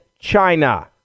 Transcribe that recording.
china